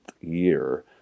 year